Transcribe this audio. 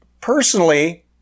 Personally